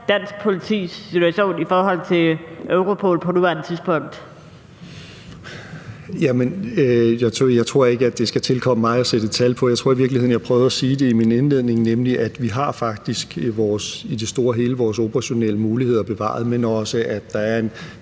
18:24 Justitsministeren (Nick Hækkerup): Jeg tror ikke, at det skal tilkomme mig at sætte et tal på. Jeg tror i virkeligheden, at jeg prøvede at sige det i min indledning, nemlig at vi faktisk i det store og hele har vores operationelle muligheder bevaret, men at der også